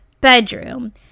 bedroom